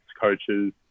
coaches